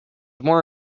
more